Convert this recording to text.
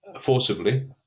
forcibly